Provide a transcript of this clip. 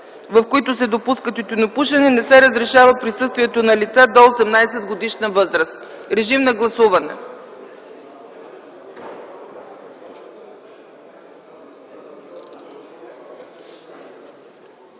в които се допуска тютюнопушене, не се разрешава присъствието на лица до 18-годишна възраст”. Режим на гласуване!